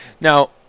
Now